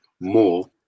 more